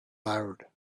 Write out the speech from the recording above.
loud